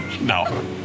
No